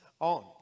on